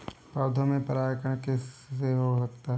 पौधों में परागण किस किससे हो सकता है?